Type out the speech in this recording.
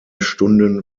stunden